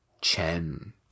chen